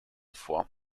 vor